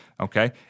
okay